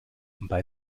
bei